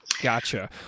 gotcha